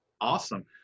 Awesome